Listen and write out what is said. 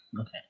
Okay